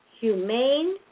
humane